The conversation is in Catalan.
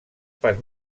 pas